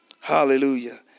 Hallelujah